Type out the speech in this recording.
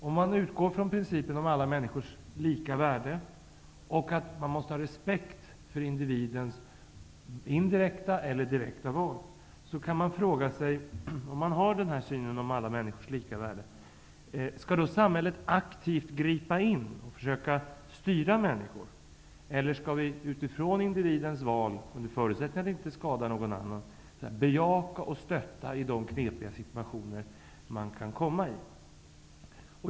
Om vi utgår från principen om alla människors lika värde och att man måste ha respekt för individens indirekta eller direkta val, kan vi fråga: Skall då samhället aktivt gripa in och försöka styra människor, eller skall vi utifrån individens val -- under förutsättning att ingen annan skadas -- bejaka och stötta i de knepiga situationer som man kan komma i?